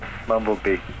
Mumblebee